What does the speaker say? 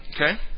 Okay